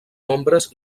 nombres